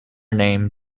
name